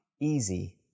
easy